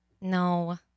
No